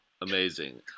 Amazing